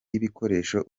y’ibikoresho